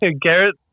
Garrett